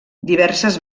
diverses